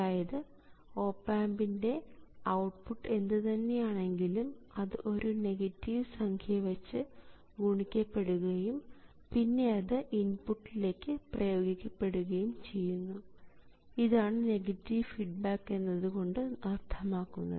അതായത് ഓപ് ആമ്പിൻറെ ഔട്ട്പുട്ട് എന്ത് തന്നെയാണെങ്കിലും അത് ഒരു നെഗറ്റീവ് സംഖ്യ വച്ച് ഗുണിക്കപ്പെടുകയും പിന്നെ അത് ഇന്പുട്ടിലേക്ക് പ്രയോഗിക്കപ്പെടുകയും ചെയ്യുന്നു ഇതാണ് നെഗറ്റീവ് ഫീഡ്ബാക്ക് എന്നതുകൊണ്ട് അർത്ഥമാക്കുന്നത്